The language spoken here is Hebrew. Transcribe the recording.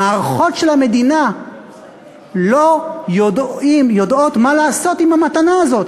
המערכות של המדינה לא יודעות מה לעשות עם המתנה הזאת,